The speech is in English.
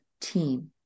team